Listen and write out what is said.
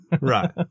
Right